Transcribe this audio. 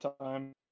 time